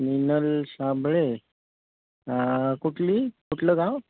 मीनल साबळे कुठली कुठलं गाव